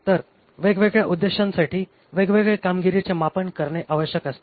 तर वेगवेगळ्या उद्देशांसाठी वेगवेगळे कामगिरीचे मापन करणे आवश्यक असते